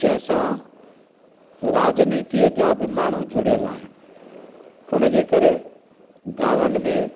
जंहिंसां राजनितीअ जा बि माण्हू जुड़ियलु आहिनि हुन जे करे गामनि में